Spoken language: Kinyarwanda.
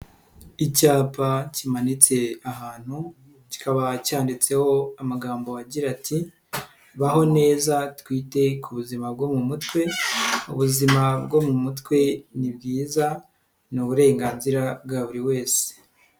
Icyapa kimanitse ahantu, kikaba cyanditseho amagambo agira ati "baho neza twite ku buzima bwo mu mutwe, ubuzima bwo mu mutwe ni bwiza ni uburenganzira bwa buri wese".